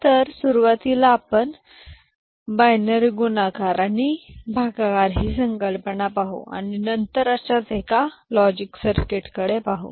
तर सुरुवातीला आपण बायनरी गुणाकार आणि भागाकार ही संकल्पना पाहू आणि नंतर अशाच एका लॉजिक सर्किटकडे पाहू